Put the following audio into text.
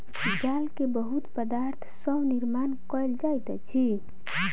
जाल के बहुत पदार्थ सॅ निर्माण कयल जाइत अछि